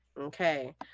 Okay